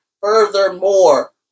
furthermore